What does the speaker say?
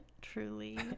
truly